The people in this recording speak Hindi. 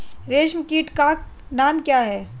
रेशम कीट का नाम क्या है?